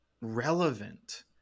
relevant